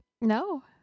no